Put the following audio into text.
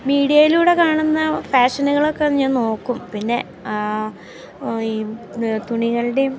മീഡ്യയിലൂടെ കാണുന്ന ഫാഷനുകൾ ഒക്കെ ഞാൻ നോക്കും പിന്നെ ഈ തുണികൾടേം